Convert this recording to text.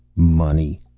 money!